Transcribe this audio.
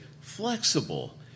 flexible